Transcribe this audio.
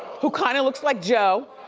who kinda looks like joe.